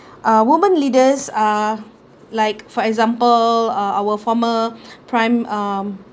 uh woman leaders are like for example uh our former prime um